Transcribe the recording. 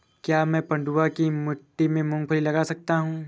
क्या मैं पडुआ की मिट्टी में मूँगफली लगा सकता हूँ?